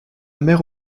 mère